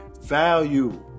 value